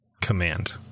command